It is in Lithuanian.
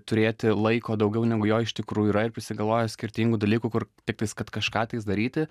turėti laiko daugiau negu jo iš tikrųjų yra ir prisigalvoja skirtingų dalykų kur tiktais kad kažką tais daryti